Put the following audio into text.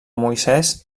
moisès